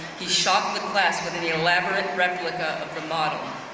he shocked the class with any elaborate replica of the model.